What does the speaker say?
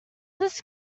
this